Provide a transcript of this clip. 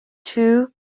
two